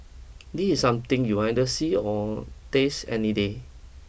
this is something you'll either see or taste any day